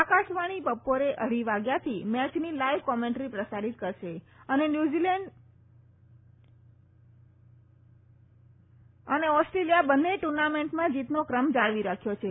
આકાશવાણી બપોરે અઢી વાગ્યાથી મેચની લાઇવ કોમેન્ટ્રી પ્રસારીત કરશે ભારત અને ન્યૂઝીલેન્ડ બંનેએ ટૂર્નામેન્ટમાં જીતનો ક્રમ જાળવી રાખ્યો છે